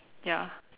ya